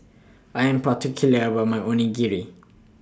I Am particular about My Onigiri